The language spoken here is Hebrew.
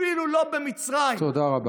אפילו לא במצרים, תודה רבה.